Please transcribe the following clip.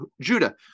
Judah